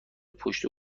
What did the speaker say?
پشت